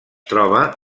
troba